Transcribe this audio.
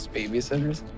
babysitters